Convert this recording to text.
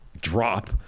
drop